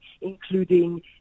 including